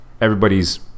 everybody's